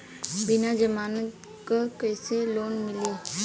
बिना जमानत क कइसे लोन मिली?